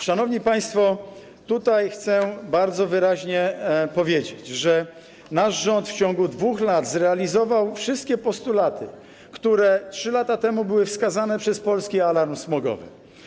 Szanowni państwo, tutaj chcę bardzo wyraźnie powiedzieć, że nasz rząd w ciągu 2 lat zrealizował wszystkie postulaty, które 3 lata temu były wskazane przez Polski Alarm Smogowy.